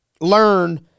learn